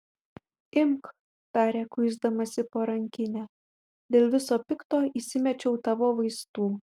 imk tarė kuisdamasi po rankinę dėl viso pikto įsimečiau tavo vaistų